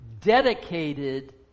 dedicated